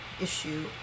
issue